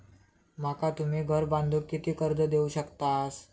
माका तुम्ही घर बांधूक किती कर्ज देवू शकतास?